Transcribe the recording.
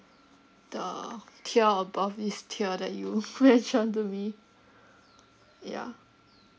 the tier above this tier that you mentioned to me yeah